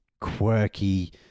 quirky